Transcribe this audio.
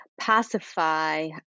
pacify